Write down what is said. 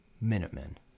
minutemen